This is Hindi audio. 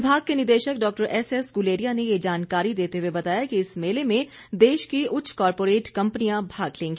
विभाग के निदेशक डा एस एस गुलेरिया ने ये जानकारी देते हुए बताया कि इस मेले में देश की उच्च कारपोरेट कंपनियां भाग लेंगी